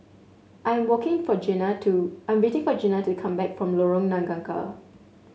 I am walking for Jena to I am waiting for Jena to come back from Lorong Nangka